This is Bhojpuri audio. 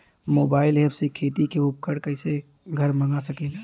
मोबाइल ऐपसे खेती के उपकरण कइसे घर मगा सकीला?